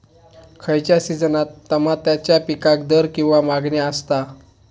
खयच्या सिजनात तमात्याच्या पीकाक दर किंवा मागणी आसता?